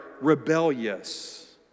rebellious